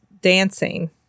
dancing